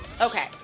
Okay